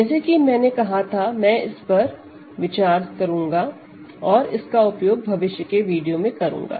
जैसा कि मैंने कहा था कि मैं इस पर विस्तार करूँगा और इसका उपयोग भविष्य के वीडियो में करूँगा